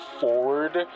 forward